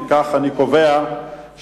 אם כך, אני קובע שההסתייגות